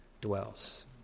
dwells